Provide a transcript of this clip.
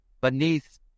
beneath